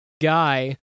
guy